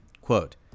Quote